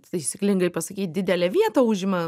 taisyklingai pasakyt didelę vietą užima